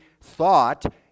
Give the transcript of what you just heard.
thought